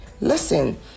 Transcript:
Listen